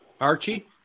Archie